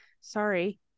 sorry